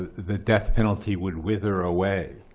the death penalty would wither away.